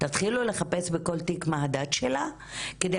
תתחילו לחפש בכל תיק מה הדת שלה כדי